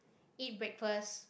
eat breakfast